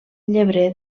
llebrer